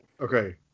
Okay